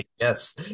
Yes